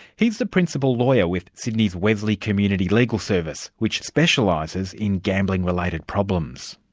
he's the principal lawyer with sydney's wesley community legal service, which specialises in gambling-related problems.